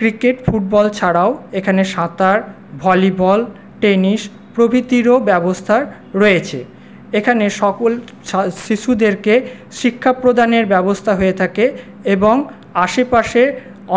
cricket football ছাড়াও এখানে সাঁতার ভলিবল টেনিস প্রভৃতিরও ব্যবস্থা রয়েছে এখানে সকল শিশুদেরকে শিক্ষা প্রদানের ব্যবস্থা হয়ে থাকে এবং আশেপাশের